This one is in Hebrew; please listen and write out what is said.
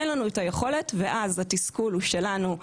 אין לנו את היכולת ואז התסכול הוא שלנו,